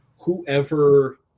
whoever –